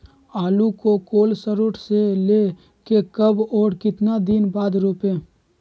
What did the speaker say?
आलु को cold store से ले के कब और कितना दिन बाद रोपे?